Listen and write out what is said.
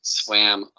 swam